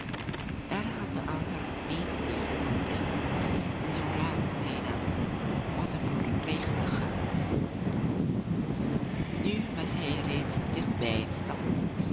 daar had de ander niets tegen in te brengen en zoo ruilden zij dan onze boer kreeg de gans nu was hij reeds dicht bij